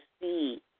see